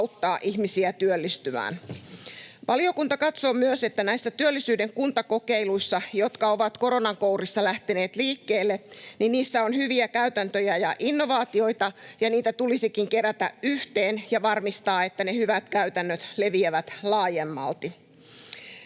auttaa ihmisiä työllistymään. Valiokunta katsoo myös, että näissä työllisyyden kuntakokeiluissa, jotka ovat koronan kourissa lähteneet liikkeelle, on hyviä käytäntöjä ja innovaatioita, ja niitä tulisikin kerätä yhteen ja varmistaa, että ne hyvät käytännöt leviävät laajemmalti.